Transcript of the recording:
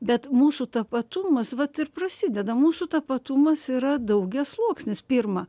bet mūsų tapatumas vat ir prasideda mūsų tapatumas yra daugiasluoksnis pirma